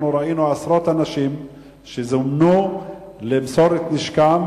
אנחנו ראינו עשרות אנשים שזומנו למסור את נשקם,